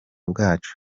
bwacu